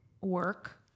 work